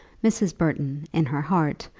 mrs. burton, in her heart,